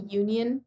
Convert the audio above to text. union